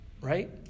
right